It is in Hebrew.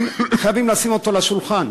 חייבים לשים אותו על השולחן,